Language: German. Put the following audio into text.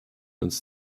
uns